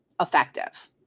effective